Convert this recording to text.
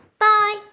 Bye